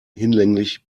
hinlänglich